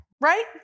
right